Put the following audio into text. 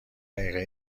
دقیقه